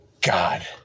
God